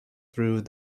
through